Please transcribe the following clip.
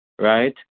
Right